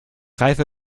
reifer